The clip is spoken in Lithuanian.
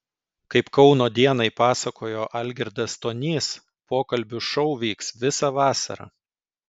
kaip kauno dienai pasakojo algirdas stonys pokalbių šou vyks visą vasarą